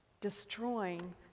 destroying